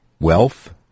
wealth